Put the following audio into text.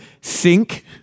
Sink